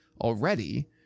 already